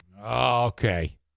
Okay